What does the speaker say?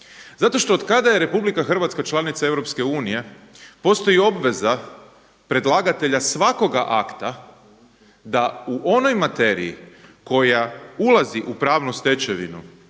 Zato što od kada je Republika Hrvatska članica EU postoji obveza predlagatelja svakoga akta da u onoj materiji koja ulazi u pravnu stečevinu